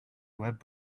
web